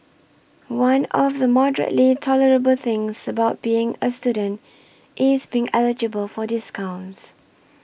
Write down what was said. one of the moderately tolerable things about being a student is being eligible for discounts